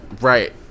Right